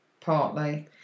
Partly